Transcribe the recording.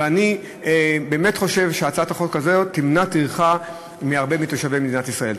ואני באמת חושב שהצעת החוק הזאת תמנע טרחה מהרבה מתושבי מדינת ישראל.